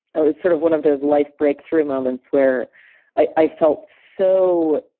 it was sort of one of those life breakthrough moments where i felt so